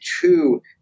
two